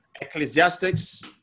ecclesiastics